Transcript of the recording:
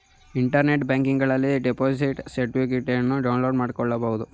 internet ಬ್ಯಾಂಕಿಂಗನಲ್ಲಿ deposit ಸರ್ಟಿಫಿಕೇಟನ್ನು download ಮಾಡ್ಕೋಬಹುದು